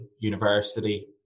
university